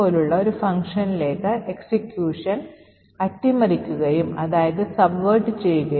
ഇപ്പോൾ scan function return ചെയ്യുമ്പോൾ കാനറിയുടെ മൂല്യം മാറിയിട്ടുണ്ടോ എന്ന് കണ്ടെത്തുന്ന കോഡ് കംപൈലർ ആഡ് ചെയ്യുന്നു